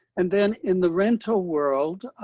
and then in the rental world,